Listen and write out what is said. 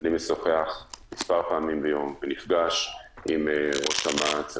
אני משוחח מספר פעמים ביום ונפגש עם ראש אמ"ץ,